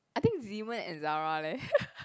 I think Zemen and Zara leh